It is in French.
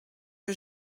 que